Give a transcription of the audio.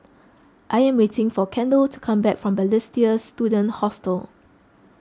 I am waiting for Kendal to come back from Balestier Student Hostel